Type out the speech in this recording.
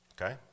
Okay